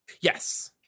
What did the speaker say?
Yes